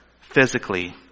physically